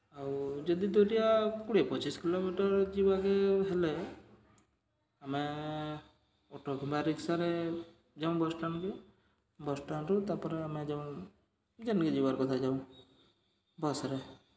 ଆଉ ଯଦି ତ ଇଟା କୁଡ଼େ ପଚିଶ୍ କିଲୋମିଟର୍ ଯିବାକେ ହେଲେ ଆମେ ଅଟୋ କିମ୍ବା ରିକ୍ସାରେ ଯାଉଁ ବସ୍ ଷ୍ଟାଣ୍ଡ୍କେ ବସ୍ ଷ୍ଟାଣ୍ଡ୍ରୁ ତା'ପରେ ଆମେ ଯାଉ ଯେନିକେ ଯିବାର୍ କଥା ଯାଉ ବସ୍ରେ